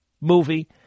movie